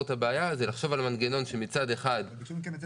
את הבעיה זה לחשוב על מנגנון שמצד אחד הוא